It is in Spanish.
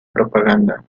propaganda